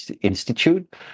Institute